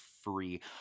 free